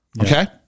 Okay